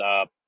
up